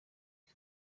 you